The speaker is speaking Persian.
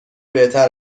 بهتر